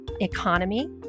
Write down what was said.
economy